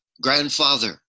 Grandfather